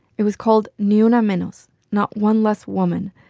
it was called ni una menos not one less woman.